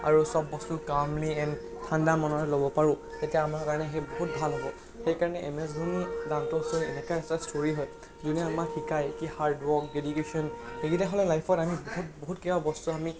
আৰু সব বস্তু কামলি এণ্ড ঠাণ্ডা মনেৰে ল'ব পাৰোঁ তেতিয়া আমাৰ কাৰণে সেই বহুত ভাল হ'ব সেইকাৰণে M S Dhoni the untold story এনেকুৱা এটা ষ্ট'ৰী হয় যোনে আমাক শিকায় কি হাৰ্ড ৱৰ্ক ডেডিকেশ্যন সেইকেইটা হ'লে লাইফত আমি বহুত কিবা বস্তু আমি